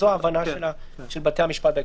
ההבנה של בתי המשפט.